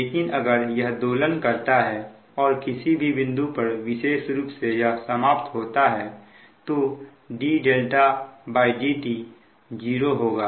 लेकिन अगर यह दोलन करता है और किसी भी बिंदु पर विशेष रूप से यह समाप्त होता है तो ddt 0 होगा